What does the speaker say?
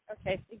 Okay